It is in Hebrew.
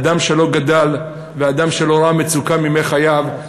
אדם שלא גדל ואדם שלא ראה מצוקה מימי חייו,